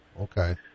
okay